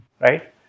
right